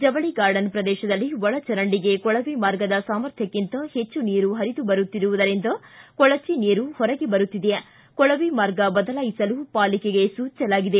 ಜವಳಿ ಗಾರ್ಡನ್ ಪ್ರದೇಶದಲ್ಲಿ ಒಳಚರಂಡಿಗೆ ಕೊಳವೆ ಮಾರ್ಗದ ಸಾಮರ್ಥ್ಯಕ್ಕಿಂತ ಹೆಚ್ಚು ನೀರು ಪರಿದು ಬರುತ್ತಿರುವುದರಿಂದ ಕೊಳಚೆ ನೀರು ಹೊರಗೆ ಬರುತ್ತಿದೆ ಕೊಳವೆ ಮಾರ್ಗ ಬದಲಾಯಿಸಲು ಪಾಲಿಕೆಗೆ ಸೂಚಿಸಲಾಗಿದೆ